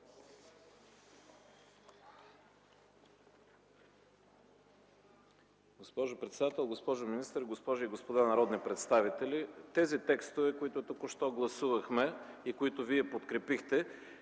Госпожо председател, госпожо министър, госпожи и господа народни представители! Тези текстове, които току-що гласувахме и които вие подкрепихте,